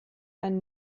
ein